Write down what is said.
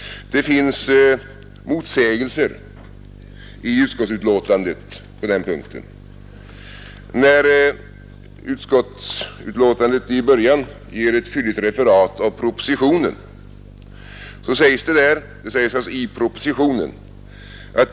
Det finns motsägelser i utskottsbetänkandet på den punkten. Utskottet ger på s. 22 i sitt betänkande ett fylligt referat av vad som här säges i propositionen.